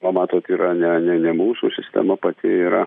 na matot yra ne ne ne mūsų sistema pati yra